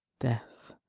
death,